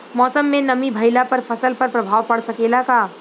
मौसम में नमी भइला पर फसल पर प्रभाव पड़ सकेला का?